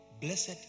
Blessed